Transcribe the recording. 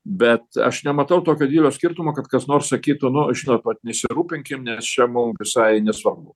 bet aš nematau tokio didelio skirtumo kad kas nors sakytų nu žinot vat nesirūpinkim nes čia mum visai nesvarbu